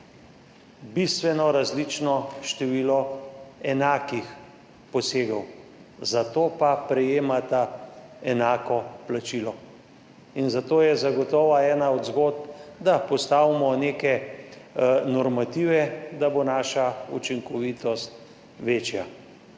bistveno različno število enakih posegov, za to pa prejemata enako plačilo. In zato je zagotovo ena od zgodb, da postavimo neke normative, da bo naša učinkovitost večja.